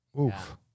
Oof